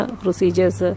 procedures